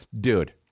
Dude